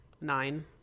Nine